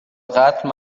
قتل